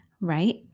right